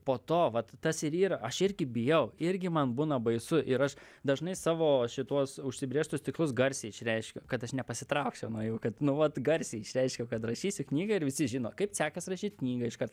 po to vat tas ir yra aš irgi bijau irgi man būna baisu ir aš dažnai savo šituos užsibrėžtus tikslus garsiai išreiškiu kad aš nepasitraukčiau nuo jų kad nu vat garsiai išreiškiau kad rašysiu knygą ir visi žino kaip sekas rašyt knygą iškart